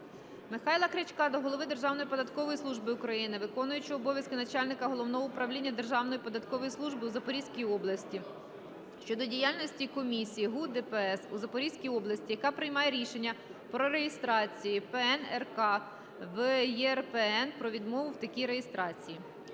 Михайла Крячка до голови Державної податкової служби України, виконуючого обов'язки начальника Головного управління Державної податкової служби у Запорізькій області щодо діяльності комісії ГУ ДПС у Запорізькій області, яка приймає рішення про реєстрацію ПН/РК в ЄРПН про відмову в такій реєстрації.